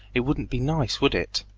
it wouldn't be nice, would it?